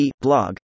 Blog